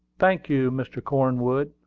thank you, mr. cornwood,